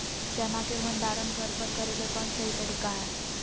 चना के भंडारण घर पर करेले कौन सही तरीका है?